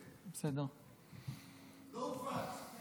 לא הופץ.